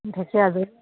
ঢেঁকী আজৰি